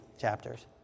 chapters